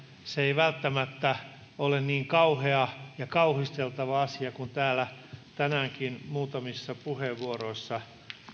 se ei välttämättä ole niin kauhea ja kauhisteltava asia kuin täällä tänäänkin muutamissa puheenvuoroissa